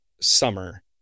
summer